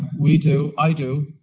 we do, i do,